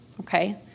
Okay